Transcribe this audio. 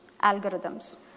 algorithms